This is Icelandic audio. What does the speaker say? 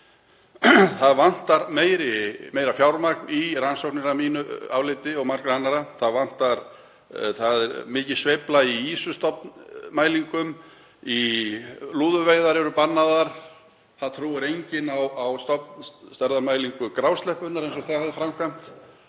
Það vantar meira fjármagn í rannsóknir að mínu áliti og margra annarra. Það er mikil sveifla í ýsustofnsmælingum, lúðuveiðar eru bannaðar, enginn trúir á stofnstærðarmælingu grásleppunnar eins og hún er framkvæmd